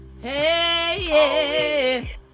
Hey